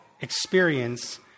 experience